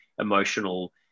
emotional